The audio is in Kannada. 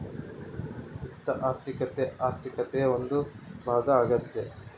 ವಿತ್ತ ಆರ್ಥಿಕತೆ ಆರ್ಥಿಕತೆ ಒಂದು ಭಾಗ ಆಗ್ಯತೆ